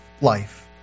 life